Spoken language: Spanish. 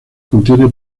contiene